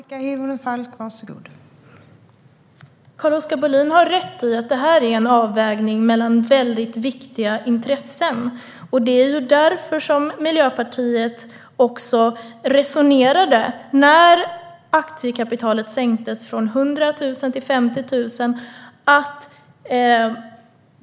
Fru talman! Carl-Oskar Bohlin har rätt i att det här är en avvägning mellan viktiga intressen. Det var därför Miljöpartiet förde detta resonemang när aktiekapitalet sänktes från 100 000 till 50 000 kronor.